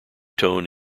tone